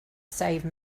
save